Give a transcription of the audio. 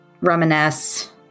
reminisce